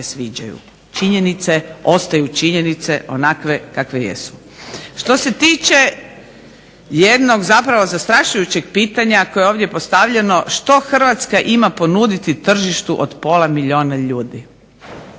sviđaju. Činjenice ostaju činjenice onakve kakve jesu. Što se tiče jednog zapravo zastrašujućeg pitanja koje je ovdje postavljeno što Hrvatska ima ponuditi tržištu od pola milijuna ljudi?